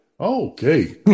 Okay